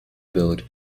build